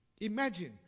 imagine